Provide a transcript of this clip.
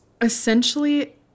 essentially